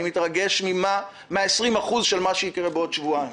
אני מתרגש מ-20% של מה שיקרה בעוד שבועיים.